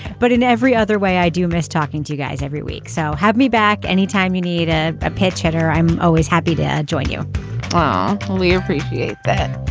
but in every other way, i do miss talking to guys every week so have me back anytime you need ah a pinch hitter. i'm always happy to join you um we appreciate that.